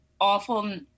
awful